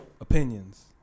opinions